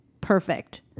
perfect